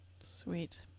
Sweet